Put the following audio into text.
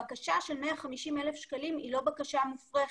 הבקשה של 150,000 שקלים היא לא בקשה מופרכת,